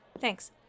Thanks